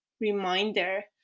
reminder